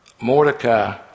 Mordecai